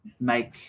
make